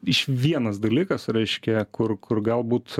iš vienas dalykas reiškia kur kur galbūt